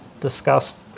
discussed